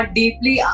deeply